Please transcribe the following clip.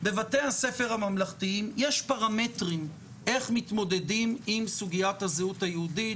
בבתי הספר הממלכתיים יש פרמטרים איך מתמודדים עם סוגיית הזהות היהודית,